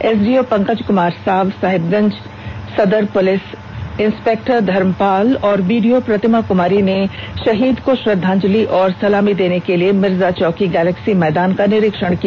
SDO Pankaj Kumar Sao Sahibganj सदर police inspector Dharmpal और BDO Pratima Kumari ने शहीद को श्रधांजलि और सलामी देने के लिए मिर्जाचौकी गैलेक्सी मैदान का निरीक्षण किया